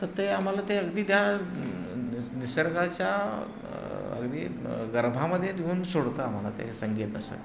तर ते आम्हाला ते अगदी त्या निसर्गाच्या अगदी गर्भामध्ये नेऊन सोडतं आम्हाला ते संगीत असं